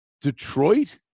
Detroit